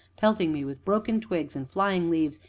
pelting me with broken twigs and flying leaves,